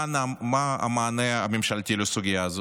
מהו המענה הממשלתי לסוגיה?